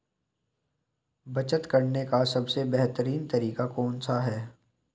बचत करने का सबसे बेहतरीन तरीका कौन सा है?